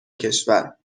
کشور